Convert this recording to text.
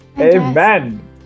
Amen